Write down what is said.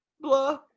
Blah